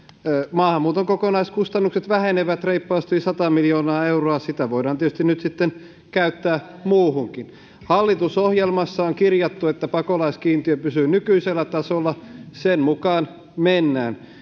maahanmuuton kokonaiskustannukset vähenevät reippaasti sata miljoonaa euroa sitä voidaan tietysti nyt sitten käyttää muuhunkin hallitusohjelmassa on kirjattu että pakolaiskiintiö pysyy nykyisellä tasolla sen mukaan mennään